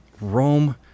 Rome